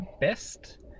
best